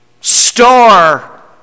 star